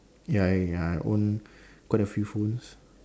ya ya I own quite a few phones